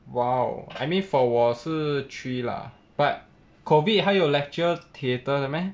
!wow! I mean for 我是 three lah but COVID 还有 lecture theatre 的 meh